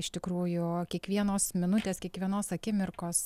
iš tikrųjų kiekvienos minutės kiekvienos akimirkos